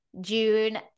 June